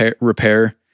repair